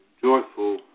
joyful